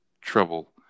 trouble